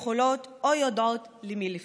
יכולות או יודעות למי לפנות.